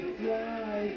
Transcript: fly